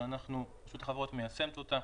שרשות החברות מיישמת אותה,